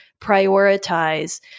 prioritize